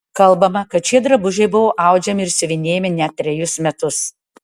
kalbama kad šie drabužiai buvo audžiami ir siuvinėjami net trejus metus